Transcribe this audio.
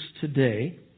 today